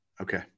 Okay